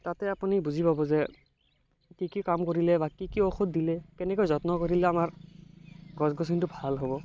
তাতে আপুনি বুজি পাব যে কি কি কাম কৰিলে বা কি ঔষধ দিলে কেনেকৈ যত্ন কৰিলে আমাৰ গছ গছনিটো ভাল হ'ব